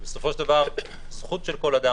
בסופו של דבר הזכות של כל אדם,